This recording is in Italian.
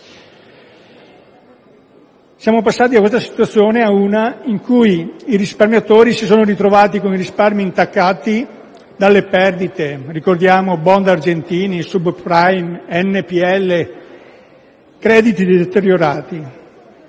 del necessario, ad una situazione in cui i risparmiatori si sono ritrovati con i risparmi intaccati dalle perdite. Ricordiamo i *bond* argentini, i *subprime*, gli NPL, i crediti deteriorati.